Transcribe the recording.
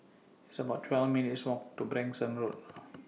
It's about twelve minutes' Walk to Branksome Road